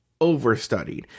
overstudied